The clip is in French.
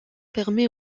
permet